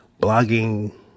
blogging